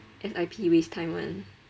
S_I_P waste time [one]